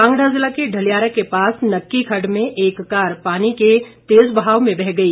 कांगड़ा ज़िला के ढलियारा के पास नक्की खड्ड में एक कार पानी के तेज बहाव में बह गई